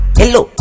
hello